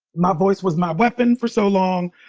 my voice was my weapon for so long.